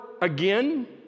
again